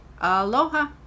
Aloha